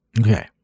Okay